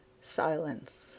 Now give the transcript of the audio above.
silence